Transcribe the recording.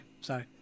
sorry